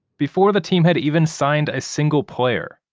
before the team had even signed a single player,